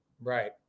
Right